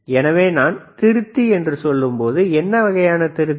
எனவே நான் திருத்தி என்று சொல்லும்போது என்ன வகையான திருத்தி